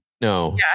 No